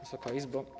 Wysoka Izbo!